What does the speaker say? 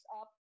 up